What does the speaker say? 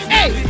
Hey